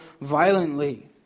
violently